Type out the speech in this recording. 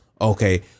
Okay